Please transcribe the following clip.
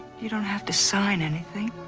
you don't have to sign anything.